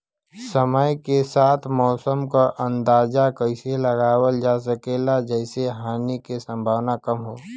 समय के साथ मौसम क अंदाजा कइसे लगावल जा सकेला जेसे हानि के सम्भावना कम हो?